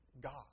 God